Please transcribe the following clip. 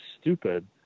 stupid